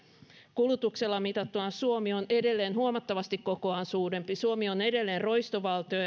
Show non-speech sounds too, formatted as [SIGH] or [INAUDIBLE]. kulutuksella mitattuna suomi on edelleen huomattavasti kokoaan suurempi suomi on edelleen roistovaltio [UNINTELLIGIBLE]